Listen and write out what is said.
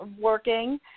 working